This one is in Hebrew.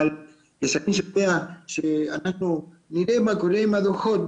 אבל אני יודע שאנחנו נראה מה קורה עם הדוחות,